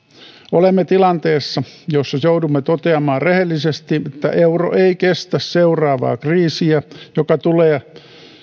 olemme tilanteessa jossa joudumme toteamaan rehellisesti että euro ei kestä seuraavaa kriisiä joka tulee